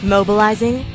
Mobilizing